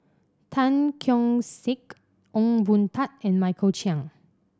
Tan Keong Saik Ong Boon Tat and Michael Chiang